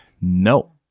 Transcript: No